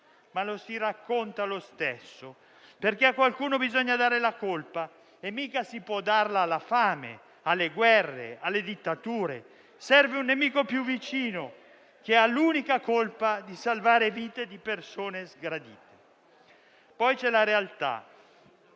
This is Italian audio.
ma lo si racconta lo stesso, perché a qualcuno bisogna dare la colpa e mica si può darla alla fame, alle guerre o alle dittature. Serve un nemico più vicino, che ha l'unica colpa di salvare le vite di persone sgradite. Poi c'è la realtà: